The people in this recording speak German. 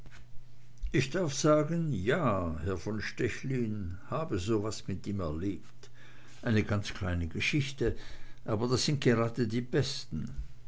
ich darf sagen ja herr von stechlin habe so was mit ihm erlebt eine ganz kleine geschichte aber das sind gerade die besten